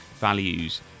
values